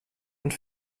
und